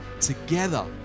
together